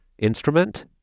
instrument